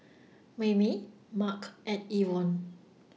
Mayme Marc and Yvonne